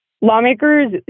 Lawmakers